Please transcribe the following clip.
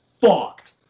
fucked